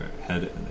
head